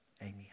Amen